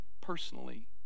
personally